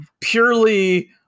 purely